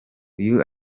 uyu